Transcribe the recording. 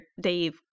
Dave